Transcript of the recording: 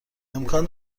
امکان